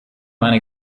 eine